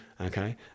Okay